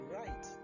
right